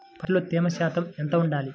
పత్తిలో తేమ శాతం ఎంత ఉండాలి?